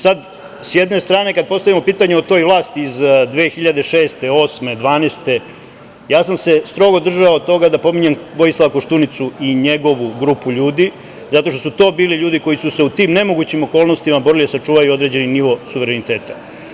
Sad s jedne strane kada postavimo pitanje o toj vlasti iz 2006. godine, 2008. ili 2012. godine, ja sam se strogo držao toga da pominjem Vojislava Koštunicu i njegovu grupu ljudi, zato što su to bili ljudi koji su se u tim nemogućim okolnostima borili da sačuvaju određeni nivo suvereniteta.